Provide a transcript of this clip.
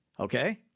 Okay